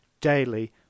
daily